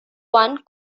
one